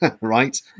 right